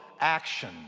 action